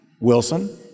Wilson